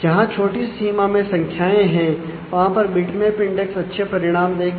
जहां छोटी सीमा में संख्याएं हैं वहां पर बिटमैप इंडेक्स अच्छे परिणाम देगी